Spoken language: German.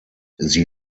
sie